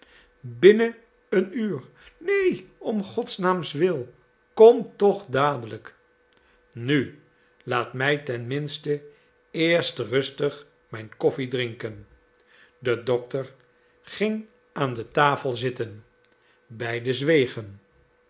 binnen een uur neen om gods wil kom toch dadelijk nu laat mij ten minste eerst rustig mijn koffie drinken de dokter ging aan de tafel zitten beiden zwegen